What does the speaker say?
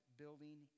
building